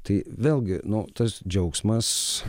tai vėlgi nu tas džiaugsmas